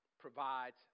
provides